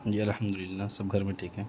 جی الحمد للہ سب گھر میں ٹھیک ہیں